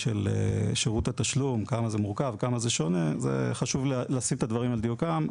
של שירות התשלום כמה זה מורכב ושונה חשוב לשים את הדברים על דיוקם.